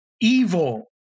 evil